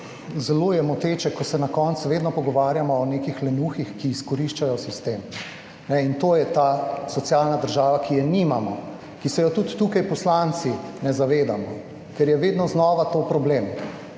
Zelo je moteče, ko se na koncu vedno pogovarjamo o nekih lenuhih, ki izkoriščajo sistem. In to je ta socialna država, ki je nimamo, ki se je tudi tukaj poslanci ne zavedamo, ker je vedno znova to problem.